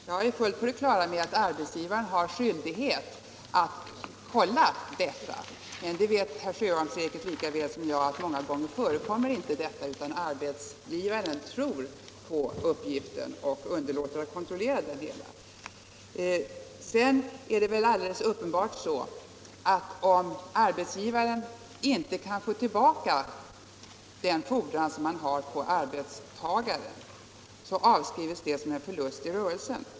Jag är helt på det klara med att arbetsgivaren då har skyldighet att kolla den uppgiften, men herr Sjöholm vet lika väl som jag att detta görs många gånger inte, utan arbetsgivaren tror på uppgiften och underlåter att kontrollera den. Sedan är det alldeles riktigt att om arbetsgivaren inte kan få tillbaka den fordran som han har på arbetstagaren, så avskrivs beloppet som förlust i rörelsen.